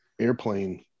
airplane